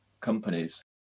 companies